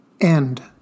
End